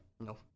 no